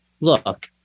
look